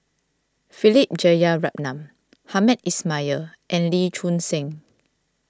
Philip Jeyaretnam Hamed Ismail and Lee Choon Seng